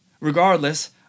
Regardless